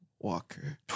Walker